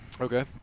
okay